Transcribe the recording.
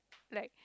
like